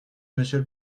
monsieur